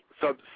sub